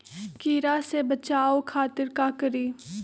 कीरा से बचाओ खातिर का करी?